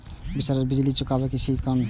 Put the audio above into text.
Sir बिजली bill चुकाबे की छे केना चुकेबे?